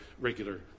regular